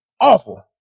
awful